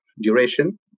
duration